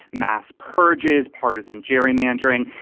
mass purges, partisan gerrymandering,